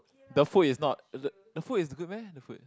the food is not the the food is good meh the food